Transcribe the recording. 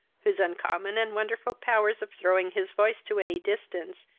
whose uncommon and wonderful powers of throwing his voice to any distance,